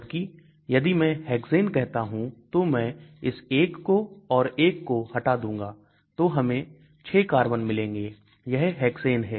जबकि यदि मैं Hexane कहता हूं तो मैं इस 1 को और 1 को हटा दूंगा तो हमें 6 कार्बन मिलेंगे यह Hexane हैं